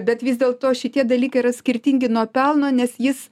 bet vis dėlto šitie dalykai yra skirtingi nuo pelno nes jis